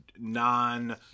non